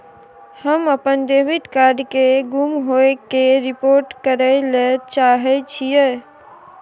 हम अपन debit card के गुम होय के रिपोर्ट करय ले चाहय छियै